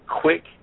quick